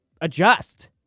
adjust